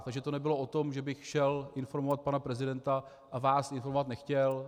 Takže to nebylo tom, že bych šel informovat pana prezidenta a vás informovat nechtěl.